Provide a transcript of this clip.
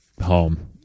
home